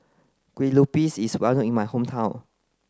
Kue Lupis is well known in my hometown